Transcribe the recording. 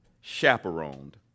chaperoned